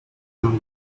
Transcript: along